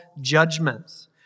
judgments